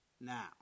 Now